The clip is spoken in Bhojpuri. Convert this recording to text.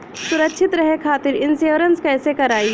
सुरक्षित रहे खातीर इन्शुरन्स कईसे करायी?